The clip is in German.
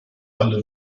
alle